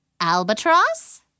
albatross